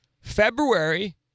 February